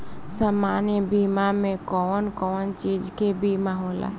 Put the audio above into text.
सामान्य बीमा में कवन कवन चीज के बीमा होला?